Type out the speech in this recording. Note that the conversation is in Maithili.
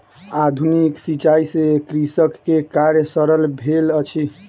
आधुनिक सिचाई से कृषक के कार्य सरल भेल अछि